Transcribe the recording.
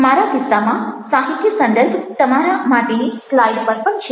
મારા કિસ્સામાં સાહિત્ય સંદર્ભ તમારા માટેની સ્લાઈડ પર પણ છે